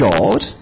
God